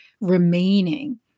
remaining